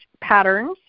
patterns